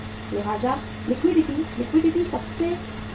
लिहाजा liquidity liquidity सबसे कम है